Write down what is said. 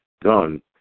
done